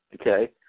okay